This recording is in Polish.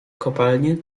kopalnie